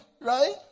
right